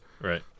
Right